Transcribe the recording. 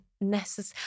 necessary